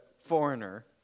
foreigner